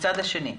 מצד שני,